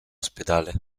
ospedale